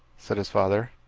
said his father.